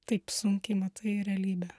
taip sunkiai matai realybę